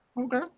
Okay